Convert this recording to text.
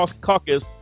Caucus